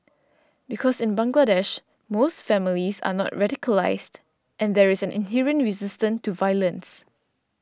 because in Bangladesh most families are not radicalised and there is an inherent resistance to violence